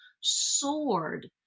soared